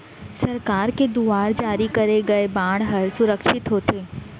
सरकार के दुवार जारी करे गय बांड हर सुरक्छित होथे